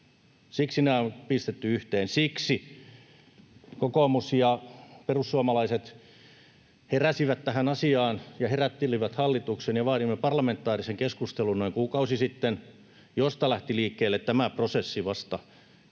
Siksi nämä on pistetty yhteen. Siksi kokoomus ja perussuomalaiset heräsivät tähän asiaan ja herättelivät hallituksen ja vaadimme parlamentaarisen keskustelun noin kuukausi sitten, josta vasta lähti liikkeelle tämä prosessi, jossa